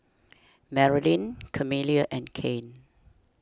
Marylyn Camilla and Cain